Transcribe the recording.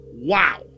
Wow